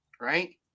right